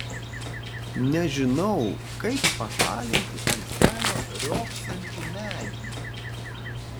nežinau kaip pašalinti ant kelio riogsantį medį